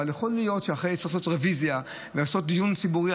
אבל יכול להיות שצריך לעשות רוויזיה ולעשות דיון ציבורי.